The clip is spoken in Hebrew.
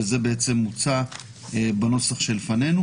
וכך זה מוצע בנוסח שלפנינו,